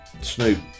Snoop